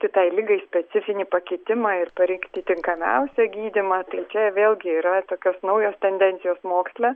kitai ligai specifinį pakitimą ir parinkti tinkamiausią gydymą tai čia vėlgi yra tokios naujos tendencijos moksle